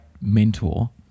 mentor